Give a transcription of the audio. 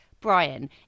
Brian